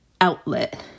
outlet